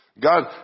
God